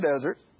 Desert